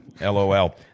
LOL